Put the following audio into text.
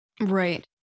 Right